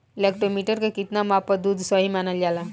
Lactometer के कितना माप पर दुध सही मानन जाला?